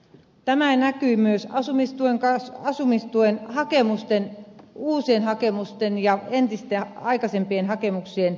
tämä näkyi myös asumistuen hakemusten uusien hakemusten ja entisten aikaisempien hakemuksien kasvuna